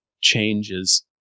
changes